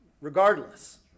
regardless